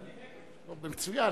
לא הוצאתי הגה.